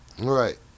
Right